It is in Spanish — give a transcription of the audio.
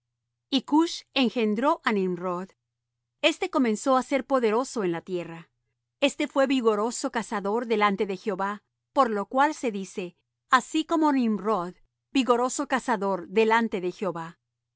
engendró á nimrod éste comenzó á ser poderoso en la tierra este fué vigoroso cazador delante de jehová por lo cual se dice así como nimrod vigoroso cazador delante de jehová y